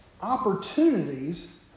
opportunities